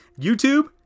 YouTube